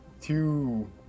two